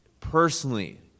personally